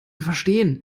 verstehen